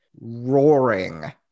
roaring